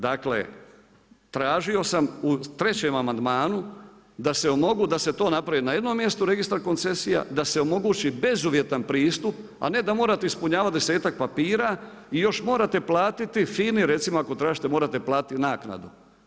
Dakle, tražio sam u trećem amandmanu da se mogu, da se to napravi na jednom mjestu registar koncesija, da se omogući bezuvjetan pristup, a ne da morate ispunjavati desetak papira i još morate platiti FINA-i recimo ako tražite morate platiti naknadu.